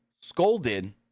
scolded